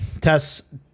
Tess